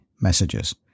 messages